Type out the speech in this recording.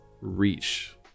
reach